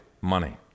money